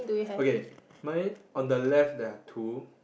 okay mine on the left there are two